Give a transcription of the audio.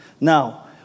Now